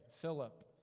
Philip